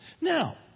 Now